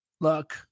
look